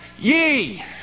ye